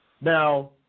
Now